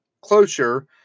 closure